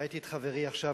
ראיתי את חברי עכשיו,